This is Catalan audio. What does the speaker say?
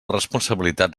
responsabilitat